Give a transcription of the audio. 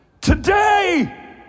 Today